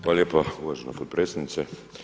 Hvala lijepa, uvažena potpredsjednice.